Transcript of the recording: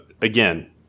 Again